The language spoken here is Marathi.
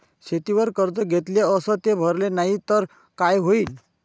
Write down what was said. शेतीवर कर्ज घेतले अस ते भरले नाही तर काय होईन?